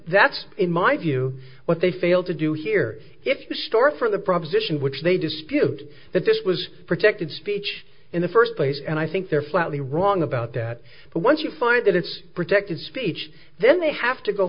that's in my view what they failed to do here if the store for the proposition which they dispute that this was protected speech in the first place and i think they're flatly wrong about that but once you find that it's protected speech then they have to go